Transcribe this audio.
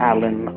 Alan